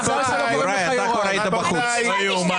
הפריעו לי בלי סוף,